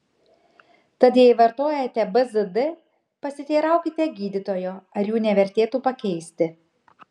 tad jei vartojate bzd pasiteiraukite gydytojo ar jų nevertėtų pakeisti